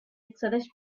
accedeix